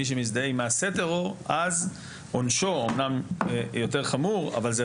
מי שמזדהה עם מעשה טרור אז עונשו אמנם יותר חמור אבל זה